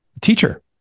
teacher